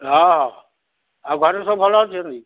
ହଁ ହଉ ଆଉ ଘରେ ସବୁ ଭଲ ଅଛନ୍ତି